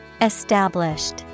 Established